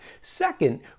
Second